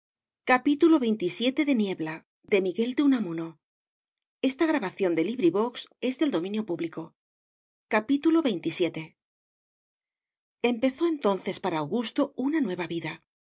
xxvii empezó entonces para augusto una nueva vida